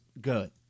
good